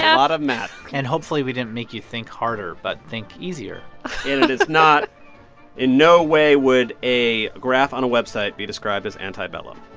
yeah a lot of math and hopefully, we didn't make you think harder, but think easier and it is not in no way would a graph on a website be described as antebellum.